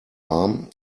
arm